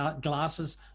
glasses